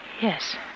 Yes